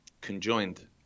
Conjoined